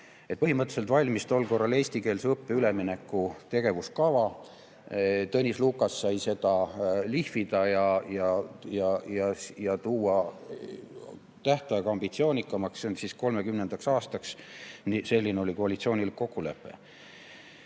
Põhimõtteliselt valmis tol korral eestikeelsele õppele ülemineku tegevuskava. Tõnis Lukas sai seda lihvida ja tuua tähtaega ambitsioonikamaks – 2030. aastaks. Selline oli koalitsiooni kokkulepe.